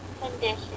condition